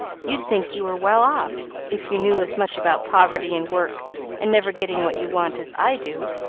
you'd think you were well off if you knew as much about poverty and work and never getting what you want, as i do.